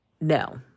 No